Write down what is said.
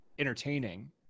entertaining